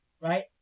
Right